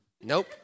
Nope